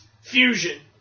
fusion